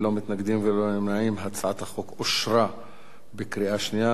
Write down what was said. ללא מתנגדים וללא נמנעים הצעת החוק אושרה בקריאה שנייה.